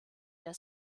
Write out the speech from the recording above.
der